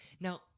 Now